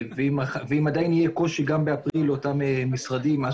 ואם עדיין יהיה קושי גם באפריל לאותם משרדים אז